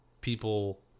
people